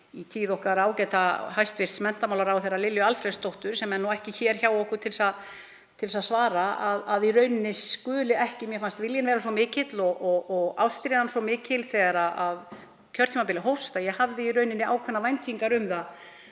í tíð okkar ágæta hæstv. menntamálaráðherra, Lilju Alfreðsdóttur, sem er ekki hér hjá okkur til þess að svara, að í rauninni skuli það ekki gert. Mér fannst viljinn vera svo mikill og ástríðan svo mikil þegar kjörtímabilið hófst að ég hafði ákveðnar væntingar um að